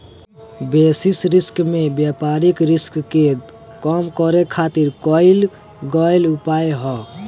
basis risk में व्यापारिक risk के कम करे खातिर कईल गयेल उपाय ह